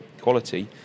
quality